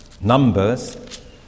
Numbers